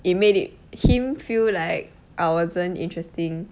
it made it him feel like I wasn't interesting